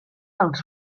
els